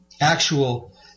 actual